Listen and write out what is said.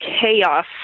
chaos